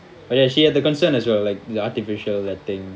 but ya she had the concern as well like the artificial that thing